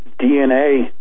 DNA